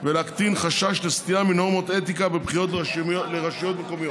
ולהקטין חשש לסטייה מנורמות אתיקה בבחירות לרשויות מקומיות.